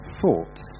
thoughts